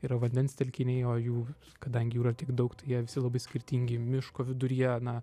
yra vandens telkiniai o jų kadangi jų yra tiek daug tai jie visi labai skirtingi miško viduryje na